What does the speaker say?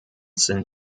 sind